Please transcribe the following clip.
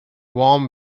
warm